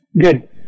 Good